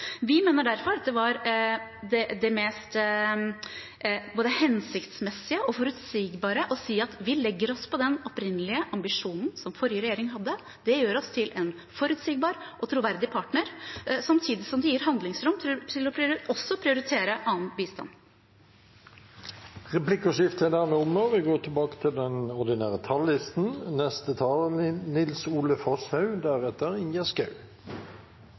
Vi mener derfor at det var det mest både hensiktsmessige og forutsigbare å si at vi legger oss på den opprinnelige ambisjonen som forrige regjering hadde. Det gjør oss til en forutsigbar og troverdig partner samtidig som det gir handlingsrom til også å prioritere annen bistand. Replikkordskiftet er dermed omme. De store diskusjonene om Norges forsvar kommer som regel i